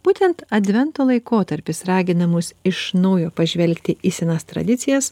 būtent advento laikotarpis ragina mus iš naujo pažvelgti į senas tradicijas